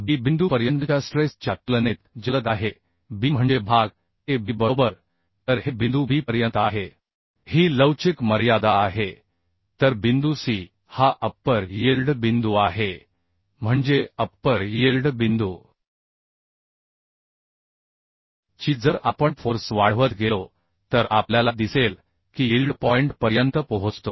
B बिंदूपर्यंतच्या stress च्या तुलनेत जलद आहे B म्हणजे भाग AB बरोबर तर हे बिंदू B पर्यंत आहे ही लवचिक मर्यादा आहे तर बिंदूC हा अप्पर यिल्ड बिंदू आहे म्हणजे अप्पर यिल्ड बिंदू ची जर आपण फोर्स वाढवत गेलो तर आपल्याला दिसेल की यील्ड पॉईंट पर्यंत पोहोचतो